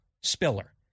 spiller